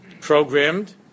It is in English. programmed